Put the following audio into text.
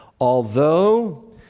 Although